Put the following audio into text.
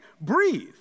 breathe